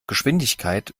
geschwindigkeit